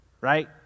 right